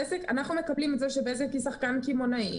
אנחנו מקבלים את זה שבזק היא שחקן קמעונאי